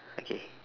okay